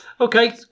Okay